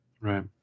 Right